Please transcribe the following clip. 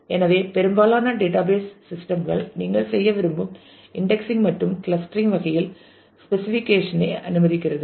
எனவே பெரும்பாலான database system கள் நீங்கள் செய்ய விரும்பும் இன்டெக்ஸிங் மற்றும் கிளஸ்டரிங் வகையில் ஸ்பெசிஃபிகேஷன் ஐ அனுமதிக்கிறது